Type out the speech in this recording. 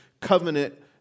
covenant